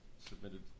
submitted